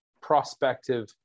prospective